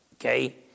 Okay